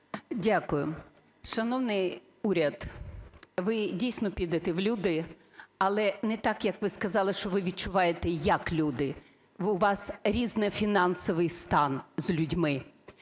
Дякую. Шановний уряд, ви, дійсно, підете в люди, але не так, як ви сказали, що ви відчуваєте, як люди. У вас різний фінансовий стан з людьми,